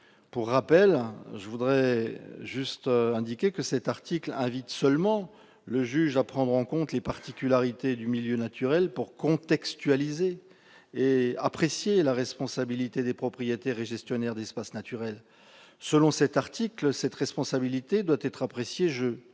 pour rappel, que cet article invite seulement le juge à prendre en compte les particularités du milieu naturel pour contextualiser et apprécier la responsabilité des propriétaires et gestionnaires d'espaces naturels. Selon cet article, cette responsabilité doit être appréciée «